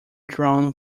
drawn